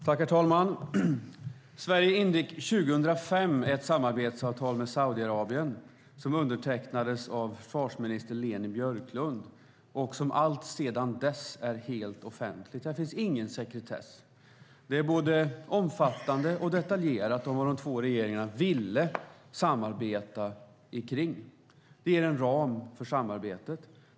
Herr talman! Sverige ingick 2005 ett samarbetsavtal med Saudiarabien som undertecknades av försvarsminister Leni Björklund, och det är sedan dess helt offentligt. Det finns ingen sekretess. Det är både omfattande och detaljerat när det gäller vad de två regeringarna ville samarbeta kring. Det ger en ram för samarbetet.